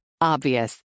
Obvious